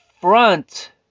front